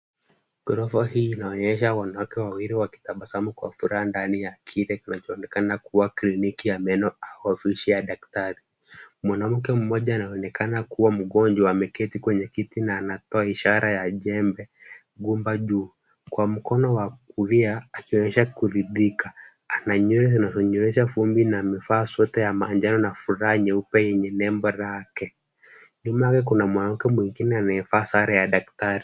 Gorofa hili linaonyesha wanawake wawili wanokuwa katika kinachoonekana kama kliniki ama ofisi ya daktari , mwanamke moja anaonekana mgonjwa ,mgonjwa ameketi kwenye jikina anatoa ishara ya jembe, gumba juu, kwa mkono wa kulia ameonyesha kuridhika, ana nywele zinazonyoosha vumbi na vifaa vyote ama njano na fulani ukwe yenye nembo lake. naye kuna mwamke mwingine ambaye amevaa sare ya daktari.